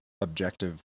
objective